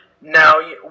now